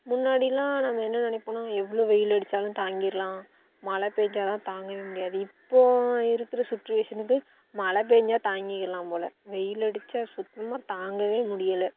முன்னாடியெலாம் நாங்கள் என்ன நினைப்போன்னா எவ்வளோ வெயில் அடித்தாலும் தாங்கிடலாம் மழை பேஞ்சால் தான் தாங்கவே முடியாது இப்போது இருக்குற சுடுவேஷனுக்கு மழை பேஞ்சா தாங்கிக்கலாம் போல வெயில் அடித்தா சுத்தமாக தாங்கவே முடியிலை